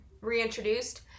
reintroduced